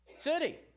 city